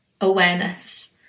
awareness